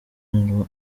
ngo